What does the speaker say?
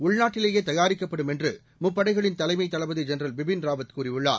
உள்நாட்டிலேயே தயாரிக்கப்படும் என்று முப்படைகளின் தலைமைத் தளபதி ஜென்ரல் பிபின் ராவத் கூறியுள்ளார்